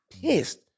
Pissed